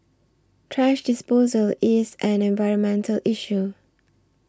thrash disposal is an environmental issue